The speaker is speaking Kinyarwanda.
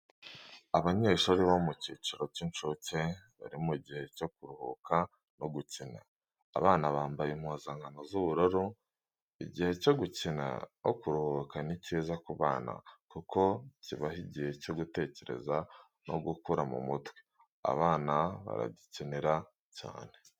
Abanyeshuri bo mu cyiciro cy'incuke bari mu gihe cyo kuruhuka no gukina. Abana bambaye impuzankano z'ubururu. Igihe cyo gukina no kuruhuka ni cyiza ku bana kuko kibaha igihe cyo gutekereza no gukura mu mutwe, abana baragikenera cyane.